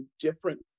different